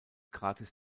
gratis